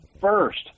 first